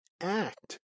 act